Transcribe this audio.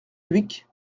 dhuicq